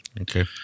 Okay